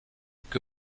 que